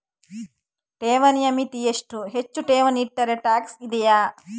ಠೇವಣಿಯ ಮಿತಿ ಎಷ್ಟು, ಹೆಚ್ಚು ಠೇವಣಿ ಇಟ್ಟರೆ ಟ್ಯಾಕ್ಸ್ ಇದೆಯಾ?